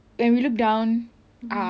when we look down uh